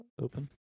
open